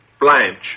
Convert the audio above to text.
Blanche